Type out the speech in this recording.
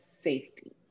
safety